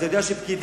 אתה יודע שפקידים,